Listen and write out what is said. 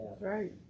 right